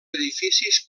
edificis